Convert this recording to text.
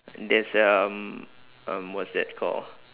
there's a um um what's that called